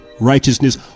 righteousness